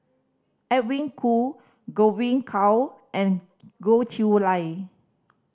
Edwin Koo Godwin Koay and Goh Chiew Lye